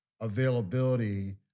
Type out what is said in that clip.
availability